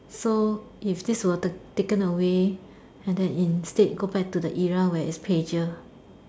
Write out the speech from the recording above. so if this were ta~ taken away and then instead go back to the era where its pager